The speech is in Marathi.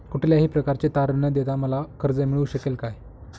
कुठल्याही प्रकारचे तारण न देता मला कर्ज मिळू शकेल काय?